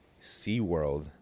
SeaWorld